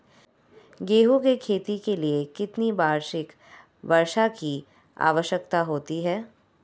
गेहूँ की खेती के लिए कितनी वार्षिक वर्षा की आवश्यकता होती है?